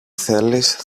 θέλεις